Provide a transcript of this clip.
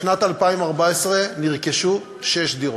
בשנת 2014 נרכשו שש דירות.